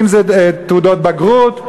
אם תעודות בגרות,